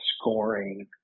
scoring